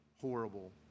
horrible